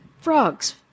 frogs